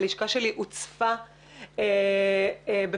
הלשכה שלי הוצפה בפניות.